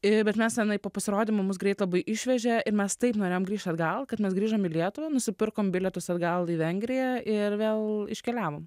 ir bet mes tenai po pasirodymo mus greit labai išvežė ir mes taip norėjom grįšt atgal kad mes grįžom į lietuvą nusipirkom bilietus atgal į vengriją ir vėl iškeliavom